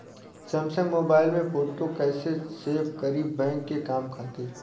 Samsung mobile में photo कैसे save करीं बैंक के काम खातिर?